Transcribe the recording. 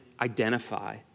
identify